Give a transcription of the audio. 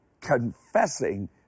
confessing